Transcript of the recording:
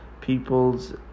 People's